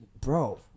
bro